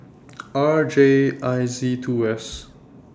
R J I Z two S